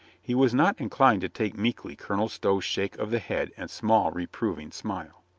he was not inclined to take meekly colonel stow's shake of the head and small reproving smile.